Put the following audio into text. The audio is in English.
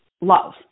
love